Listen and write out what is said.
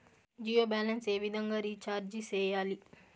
Jio balance ఏ విధంగా recharge సేయాలి?